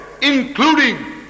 including